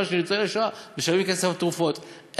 שניצולי שואה משלמים כסף על תרופות.